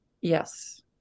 Yes